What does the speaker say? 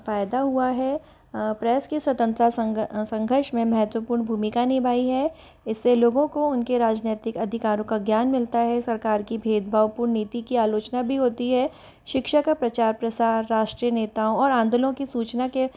फ़ायदा हुआ है प्रेस की स्वतंत्रा संघ संघर्ष में महत्वपूर्ण भूमिका निभाई है इस से लोगों को उन के राजनेतिक अधिकारों का ज्ञान मिलता है सरकार की भेदभावपूर्ण नीति की आलोचना भी होती है शिक्षा का प्रचार प्रसार राष्ट्रीय नेताओं और आंदोलनों की सूचना के